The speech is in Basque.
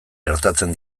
gertatzen